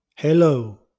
Hello